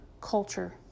culture